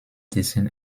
dessen